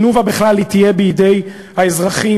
"תנובה" בכלל תהיה בידי האזרחים.